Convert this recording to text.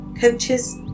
coaches